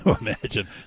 imagine